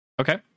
Okay